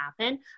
happen